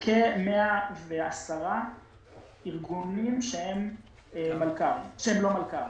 כ-110 ארגונים שהם לא מלכ"רים.